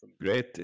Great